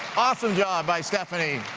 awesome job by stephanie.